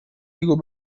illegal